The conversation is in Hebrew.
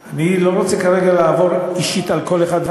אני לא רוצה כרגע לעבור אישית על כל אחד ואחד,